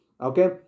okay